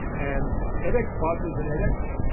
and edx partners in edx.